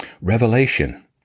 revelation